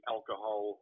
Alcohol